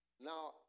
Now